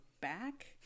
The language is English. back